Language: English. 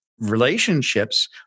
relationships